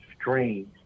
strange